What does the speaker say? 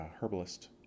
herbalist